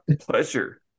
pleasure